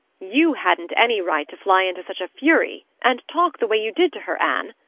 you hadn't any right to fly into such a fury and talk the way you did to her, anne.